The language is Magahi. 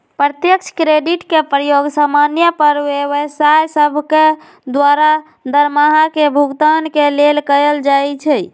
प्रत्यक्ष क्रेडिट के प्रयोग समान्य पर व्यवसाय सभके द्वारा दरमाहा के भुगतान के लेल कएल जाइ छइ